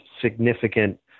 significant